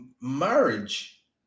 marriage